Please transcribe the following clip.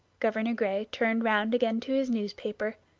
governor gray turned round again to his newspaper,